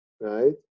right